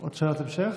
עוד, שאלת המשך?